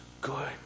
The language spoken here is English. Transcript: good